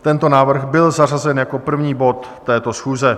Tento návrh byl zařazen jako první bod této schůze.